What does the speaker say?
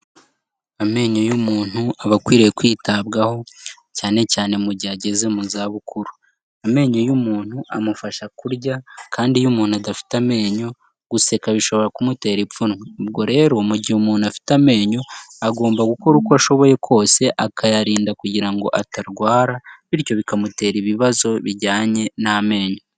Amenyo y'umuntu aba akwiriye kwitabwaho cyane cyane mu gihe ageze mu za bukuru, amenyo y'umuntu amufasha kurya kandi iyo umuntu adafite amenyo guseka bishobora kumutera ipfunwe. Ubwo rero mu gihe umuntu afite amenyo agomba gukora uko ashoboye kose akayarinda kugira ngo atarwara bityo bikamutera ibibazo bijyanye n'amenyo.